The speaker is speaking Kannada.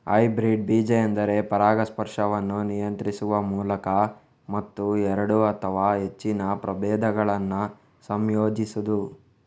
ಹೈಬ್ರಿಡ್ ಬೀಜ ಎಂದರೆ ಪರಾಗಸ್ಪರ್ಶವನ್ನು ನಿಯಂತ್ರಿಸುವ ಮೂಲಕ ಮತ್ತು ಎರಡು ಅಥವಾ ಹೆಚ್ಚಿನ ಪ್ರಭೇದಗಳನ್ನ ಸಂಯೋಜಿಸುದು